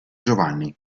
giovanni